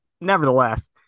nevertheless